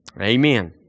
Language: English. Amen